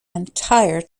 entire